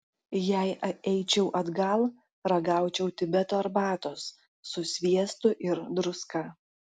jei eičiau atgal ragaučiau tibeto arbatos su sviestu ir druska